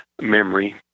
memory